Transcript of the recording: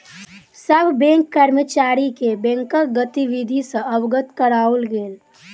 सभ बैंक कर्मचारी के बैंकक गतिविधि सॅ अवगत कराओल गेल